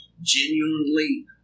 genuinely